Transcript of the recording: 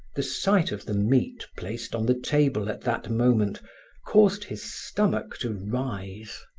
the sight of the meat placed on the table at that moment caused his stomach to rise.